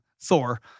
Thor